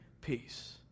peace